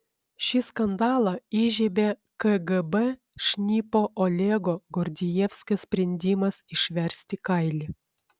šį skandalą įžiebė kgb šnipo olego gordijevskio sprendimas išversti kailį